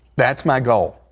that's my goal.